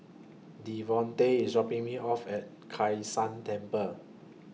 Devonte IS dropping Me off At Kai San Temple